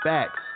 Facts